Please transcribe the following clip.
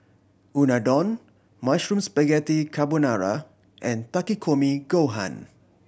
Unadon Mushroom Spaghetti Carbonara and Takikomi Gohan